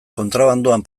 kontrabandoan